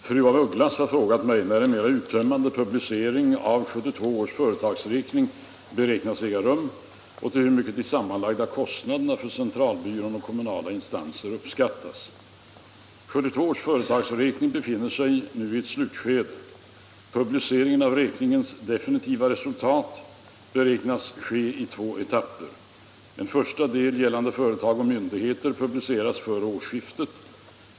Herr talman! Fru af Ugglas har frågat mig när en mer uttömmande publicering av den av statistiska centralbyrån utförda 1972 års företagsräkning beräknas äga rum och till hur mycket de sammanlagda kostnaderna för centralbyrån och kommunala instanser uppskattas. 1972 års företagsräkning befinner sig nu i sitt slutskede. Publiceringen av räkningens definitiva resultat beräknas i huvudsak ske i två etapper. En första del, där företag och myndigheter utgör redovisningsenheter, publiceras före årsskiftet.